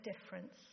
difference